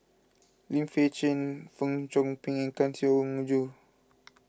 Lim Fei Shen Fong Chong Pik and Kang Siong Joo